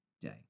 day